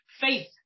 faith